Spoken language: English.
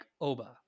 oba